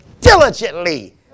diligently